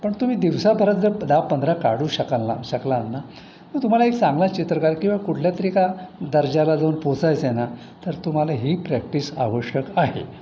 पण तुम्ही दिवसात परत जर दहा पंधरा काढू शकाल ना शकला ना तर तुम्हाला एक चांगला चित्रकार किंवा कुठल्यातरी एका दर्जाला जाऊन पोचायचं आहे ना तर तुम्हाला ही प्रॅक्टिस आवश्यक आहे